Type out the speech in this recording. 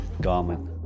garment